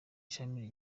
ishami